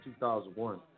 2001